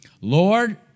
Lord